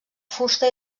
fusta